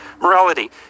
morality